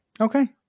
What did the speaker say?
Okay